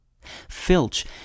Filch